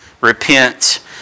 repent